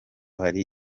hari